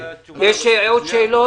יש עוד שאלות?